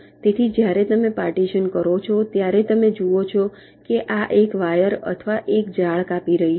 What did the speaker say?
તેથી જ્યારે તમે પાર્ટીશન કરો છો ત્યારે તમે જુઓ છો કે આ એક વાયર અથવા એક જાળ કાપી રહી હતી